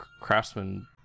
Craftsman